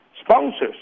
sponsors